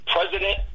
President